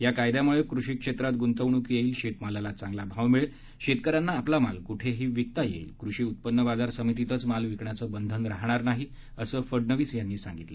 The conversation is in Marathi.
या कायद्यामुळे कृषी क्षेत्रात गुंतवणूक येईल शेतमालाला चांगला भाव मिळेल शेतक यांना आपला माल कुठेही विकता येईल कृषी उत्पन्न बाजार समितीतच माल विकण्याचं बंधन राहणार नाही असं फडनवीस यांनी सांगितलं